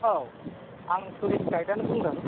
औ आं टुरिस्ट गाइडयानो बुंदों